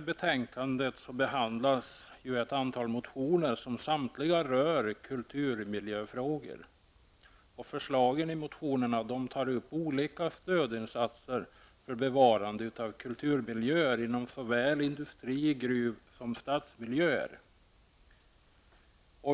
betänkandet behandlas ett antal motioner som samtliga rör kulturmiljöfrågor. Förslagen i motionerna tar upp olika stödinsatser för bevarande av kulturmiljöer inom såväl industri-, gruv som stadsmiljöer.